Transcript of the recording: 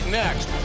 next